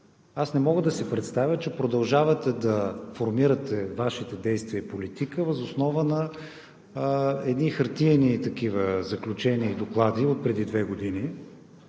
Аз не мога да си представя, че продължавате да формирате Вашите действия и политика въз основа на едни хартиени заключения и доклади отпреди две години.